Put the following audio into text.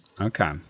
Okay